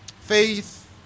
Faith